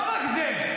לא רק זה.